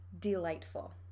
delightful